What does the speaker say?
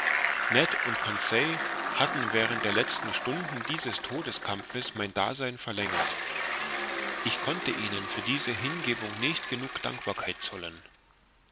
ned und conseil hatten während der letzten stunden dieses todeskampfes mein dasein verlängert ich konnte ihnen für diese hingebung nicht genug dankbarkeit zollen